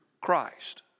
Christ